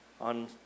on